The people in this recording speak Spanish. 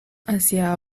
hacia